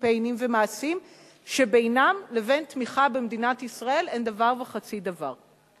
וקמפיינים ומעשים שבינם לבין תמיכה במדינת ישראל אין דבר וחצי דבר.